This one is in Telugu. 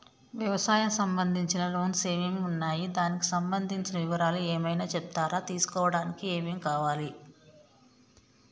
వ్యవసాయం సంబంధించిన లోన్స్ ఏమేమి ఉన్నాయి దానికి సంబంధించిన వివరాలు ఏమైనా చెప్తారా తీసుకోవడానికి ఏమేం కావాలి?